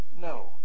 No